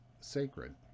sacred